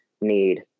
need